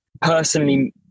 Personally